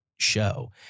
show